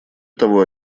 того